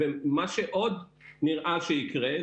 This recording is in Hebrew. ומה שעוד נראה שיקרה,